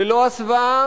ללא הסוואה